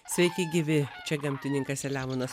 sveiki gyvi čia gamtininkas saliamonas